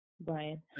Brian